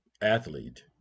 athlete